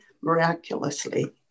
miraculously